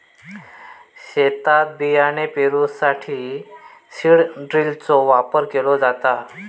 शेतात बियाणे पेरूसाठी सीड ड्रिलचो वापर केलो जाता